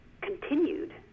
continued